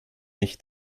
nicht